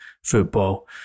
Football